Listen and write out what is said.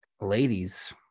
ladies